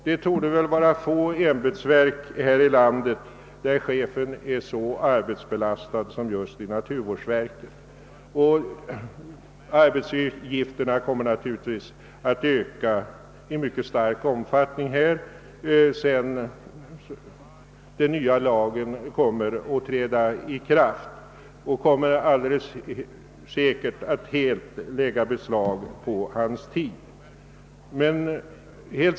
Det torde finnas få ämbetsverk här i landet där chefen är så arbetsbelastad som just i naturvårdsverket. Arbetsuppgifterna kommer naturligtvis att öka i mycket stor omfattning sedan den nya lagen trätt i kraft och kommer alldeles säkert att helt lägga beslag på hans tid.